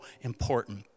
important